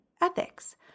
ethics